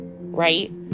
right